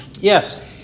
Yes